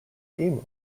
emu